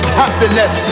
happiness